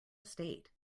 estate